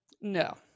No